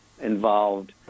involved